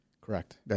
Correct